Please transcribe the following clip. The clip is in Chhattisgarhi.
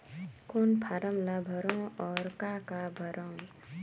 कौन फारम ला भरो और काका भरो?